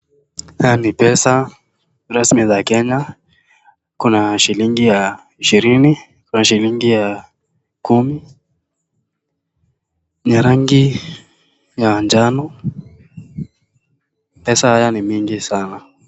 Haya ni pesa rasmi za Kenya, kuna shilingi ya ishirini, kuna shilingi ya kumi ina rangi manjano, pesa haya ni mingi sana.